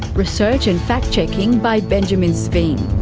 research and fact checking by benjamin sveen.